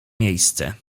miejsce